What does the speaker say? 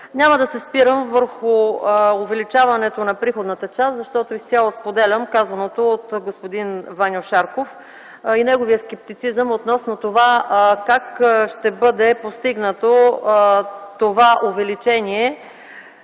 Няма да се спирам върху увеличаването на приходната част, защото изцяло споделям казаното от господин Ваньо Шарков и неговия скептицизъм относно това как ще бъде постигнато това увеличение